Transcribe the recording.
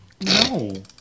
No